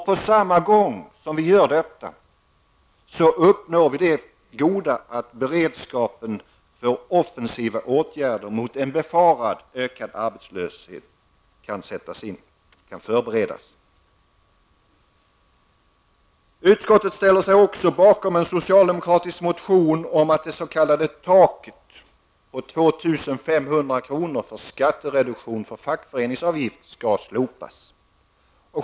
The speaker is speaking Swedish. På samma gång som vi gör detta uppnår vi det goda att beredskapen för offensiva åtgärder mot en befarad ökad arbetslöshet kan förberedas. Utskottet ställer sig också bakom en socialdemokratisk motion om att det s.k. taket på 2 500 kr. för skattereduktion för fackföreningsavgift skall slopas.